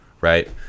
Right